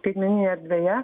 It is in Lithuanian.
skaitmeninėj erdvėje